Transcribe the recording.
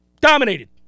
Dominated